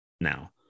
Now